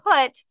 put